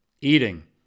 eating